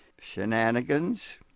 shenanigans